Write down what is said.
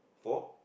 four